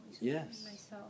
Yes